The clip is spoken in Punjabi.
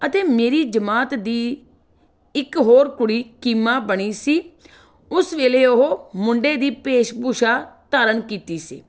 ਅਤੇ ਮੇਰੀ ਜਮਾਤ ਦੀ ਇੱਕ ਹੋਰ ਕੁੜੀ ਕੀਮਾ ਬਣੀ ਸੀ ਉਸ ਵੇਲੇ ਉਹ ਮੁੰਡੇ ਦੀ ਭੇਸ਼ ਭੂਸ਼ਾ ਧਾਰਨ ਕੀਤੀ ਸੀ